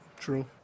true